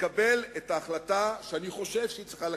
תקבל את ההחלטה שאני חושב שהיא צריכה לקבל,